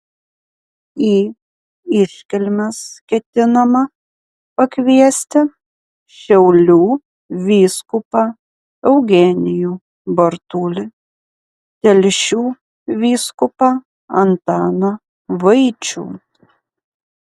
į iškilmes ketinama pakviesti šiaulių vyskupą eugenijų bartulį telšių vyskupą antaną vaičių